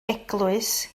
eglwys